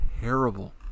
terrible